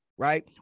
right